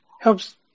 helps